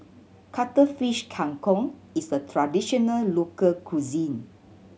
Cuttlefish Kang Kong is a traditional local cuisine